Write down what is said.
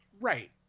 Right